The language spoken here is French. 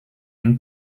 une